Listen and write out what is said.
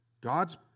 God's